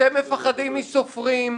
אתם מפחדים מסופרים,